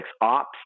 ops